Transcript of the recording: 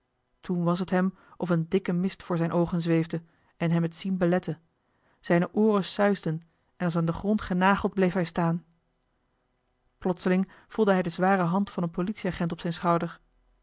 toen was het hem of een dikke mist voor zijne oogen zweefde en hem het zien belette zijne ooren suisden en als aan den grond genageld bleef hij staan plotseling voelde hij de zware hand van een politieagent op zijn schouder